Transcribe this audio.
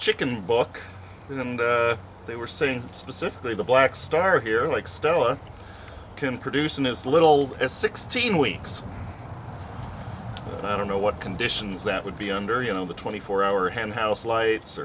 chicken book and they were saying specifically the black star here like stella can produce in as little as sixteen weeks i don't know what conditions that would be under you know the twenty four hour hand house lights